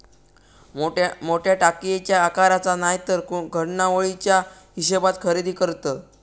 मोठ्या टाकयेच्या आकाराचा नायतर घडणावळीच्या हिशेबात खरेदी करतत